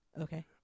Okay